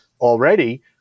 Already